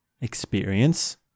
experience